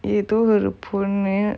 எதோ ஒரு பொண்ணு:etho oru ponnu